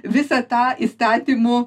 visą tą įstatymų